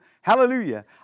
hallelujah